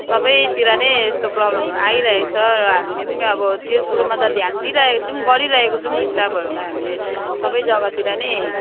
सबैतिर नै अब यस्तो प्रब्लमहरू आइरहेको छ र हामीले पनि अब त्यो कुरोमा ध्यान दिइरहेको छौँ गरिरहेको छौँ स्टाफहरूलाई हामीले सबै जग्गातिर नै